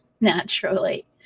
naturally